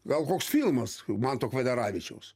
gal koks filmas manto kvedaravičiaus